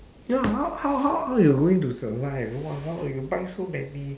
ya how how how how you going to survive !walao! eh you buy so many